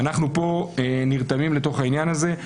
אנחנו פה נרתמים לעניין הזה.